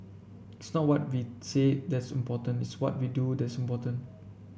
it's not what we say that's important it's what we do that's important